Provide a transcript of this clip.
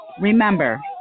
Remember